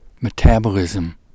metabolism